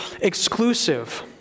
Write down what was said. exclusive